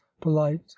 polite